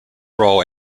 role